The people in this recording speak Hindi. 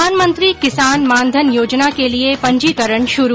प्रधानमंत्री किसान मान धन योजना के लिए पंजीकरण श्रू